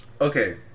Okay